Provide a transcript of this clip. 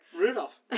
Rudolph